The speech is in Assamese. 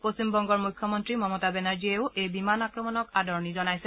পশ্চিমবঙ্গৰ মুখ্যমন্ত্ৰী মমতা বেনাৰ্জীয়ে এই বিমান আক্ৰমণক আদৰণি জনাইছে